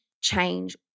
change